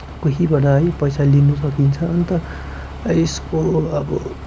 कोहीबाट है पैसा लिनु सकिन्छ अन्त यसको अब